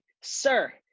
sir